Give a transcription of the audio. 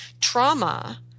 Trauma